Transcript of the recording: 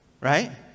right